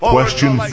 Question